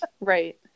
Right